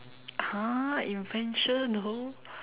!huh! invention though